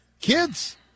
Kids